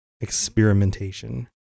Experimentation